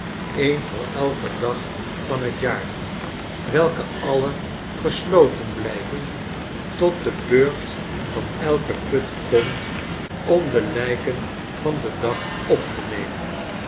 een voor elken dag van het jaar welke alle gesloten blijven tot de beurt van elken put komt om de lijken van den dag op te nemen